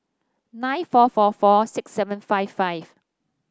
nine four four four six seven five five